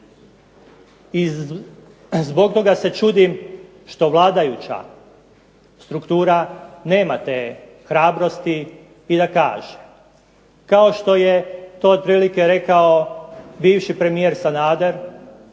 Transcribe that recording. Zbog toga se čudim što vladajuća struktura nema te hrabrosti da kaže kao što je to otprilike rekao bivši premijer Sanader